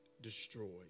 destroyed